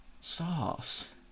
Sauce